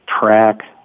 track